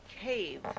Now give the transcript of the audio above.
cave